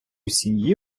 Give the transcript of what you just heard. сім’ї